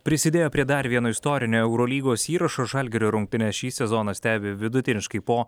prisidėjo prie dar vieno istorinio eurolygos įrašo žalgirio rungtynes šį sezoną stebi vidutiniškai po